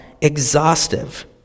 exhaustive